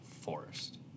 forest